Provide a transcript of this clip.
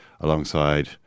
alongside